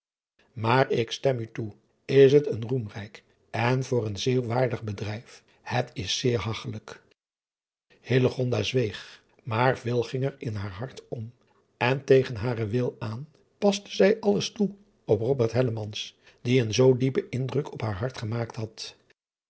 aar ik stem u toe is het een roemrijk en voor een eeuw waardig bedrijf het is zeer hagchelijk zweeg maar veel ging er in haar hart om en tegen haren eigen wil aan paste zij alles toe op die een zoo diepen indruk op haar hart gemaakt had